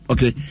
Okay